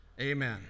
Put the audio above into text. Amen